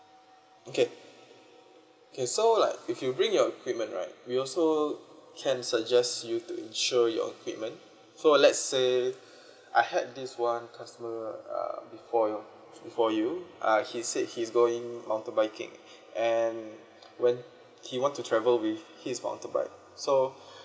okay K so like if you bring your equipment right we also can suggest you to insure your equipment so let's say I had this one customer um before your for you uh he said he's going mountain biking and when he want to travel with his mountain bike so